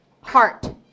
heart